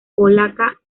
polaca